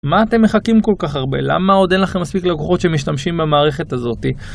מה אתם מחכים כל כך הרבה? למה עוד אין לכם מספיק לקוחות שמשתמשים במערכת הזאתי?